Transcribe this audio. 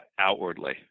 outwardly